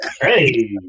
Hey